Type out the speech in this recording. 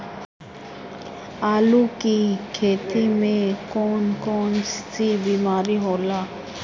आलू की खेती में कौन कौन सी बीमारी होला?